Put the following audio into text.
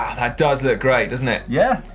ah that does look great, doesn't it? yeah.